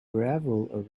gravel